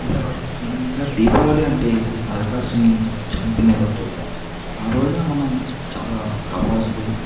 ఇలా మనకి ఇంకా దీపావళి అంటే నరకాసురిడిని చంపిన రోజు ఆరోజున మనం చాలా టపాసులు